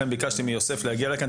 ביקשתי מיוסף להגיע לכאן.